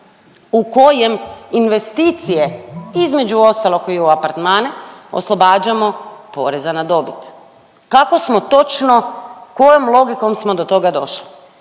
u kojem investicije između ostalog i u apartmane oslobađamo poreza na dobit. Kako smo točno, kojom logikom smo do toga došli